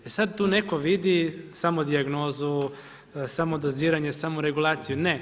E sad tu netko vidi samo dijagnozu, samo doziranje, samo reguliraciju, ne.